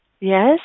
Yes